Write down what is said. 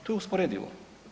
To je usporedivo.